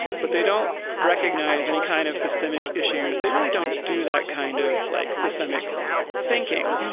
but they don't recognize any kind of systemic issues. they really don't do that kind of like systemic thinking.